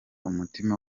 umutima